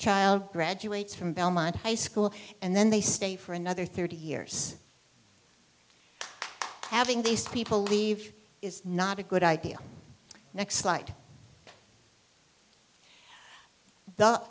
child graduates from belmont high school and then they stay for another thirty years having these people leave is not a good idea next light